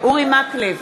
אורי מקלב,